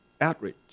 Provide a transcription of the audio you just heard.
outreach